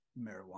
marijuana